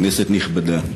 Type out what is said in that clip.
כנסת נכבדה,